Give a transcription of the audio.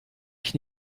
ich